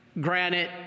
granite